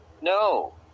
no